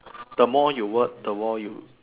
the more you work the more you